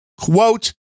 quote